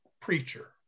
preacher